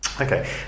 okay